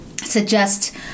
suggest